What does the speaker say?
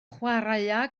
chwaraea